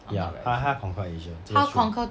ya 他他要 conquer asia 这个 true